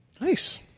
Nice